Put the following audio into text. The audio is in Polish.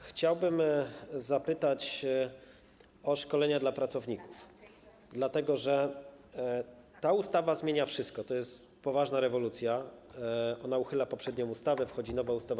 Chciałbym zapytać o szkolenia dla pracowników, dlatego że ta ustawa zmienia wszystko, to jest poważna rewolucja, ona uchyla poprzednią ustawę, wchodzi w życie nowa ustawa.